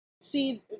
See